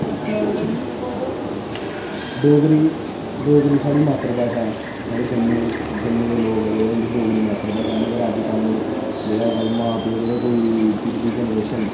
डोगरी डोगरी साढ़ी मात्तर भाशा ऐ साढ़ा जम्मी दे लोग ऐ जेह्ड़े उंदी डोगरी मात्तर भाशा ऐ मगर अज कल जेह्ड़ा अज कल मां प्यो जेह्ड़े पिछली जनरेशन